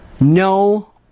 No